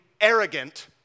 arrogant